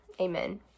Amen